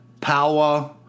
power